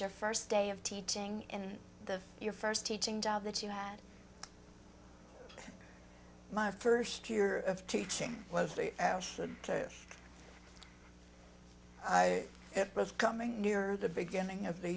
your first day of teaching in your first teaching job that you had my first year of teaching was the house and i was coming near the beginning of the